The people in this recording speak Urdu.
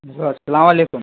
ہیلو السلام علیکم